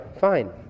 fine